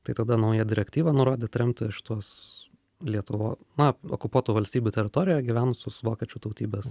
tai tada nauja direktyva nurodė tremti šituos lietuvo na okupuotų valstybių teritorijoje gyvenusius vokiečių tautybės